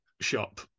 shop